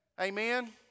Amen